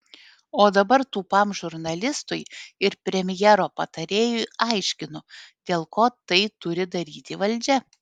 o dabar tūpam žurnalistui ir premjero patarėjui aiškinu dėl ko tai turi daryti valdžia